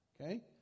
okay